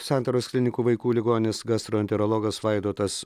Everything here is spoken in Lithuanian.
santaros klinikų vaikų ligoninės gastroenterologas vaidotas